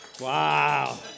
Wow